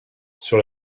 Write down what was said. sur